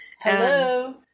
Hello